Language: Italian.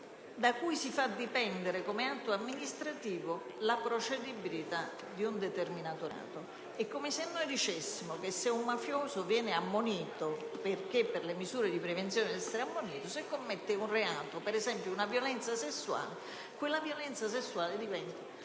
da cui si fa dipendere, come atto amministrativo, la procedibilità di un determinato reato. È come se dicessimo che se un mafioso viene ammonito, perché per le misure di prevenzione deve essere ammonito, e poi commette un reato, per esempio una violenza sessuale, questo diventa